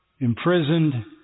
imprisoned